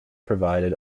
provided